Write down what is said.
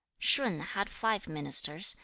shun had five ministers,